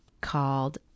called